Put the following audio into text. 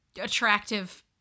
attractive